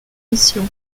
missions